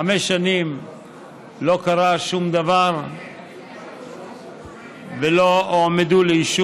חמש שנים לא קרה שום דבר ולא הועמדו לדין,